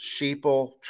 sheeple